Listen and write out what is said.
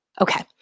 Okay